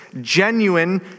genuine